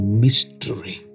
mystery